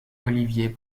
olivier